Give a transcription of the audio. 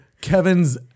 kevin's